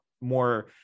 more